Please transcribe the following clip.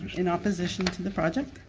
in opposition to the project.